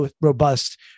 robust